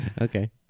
Okay